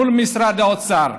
מול משרד האוצר.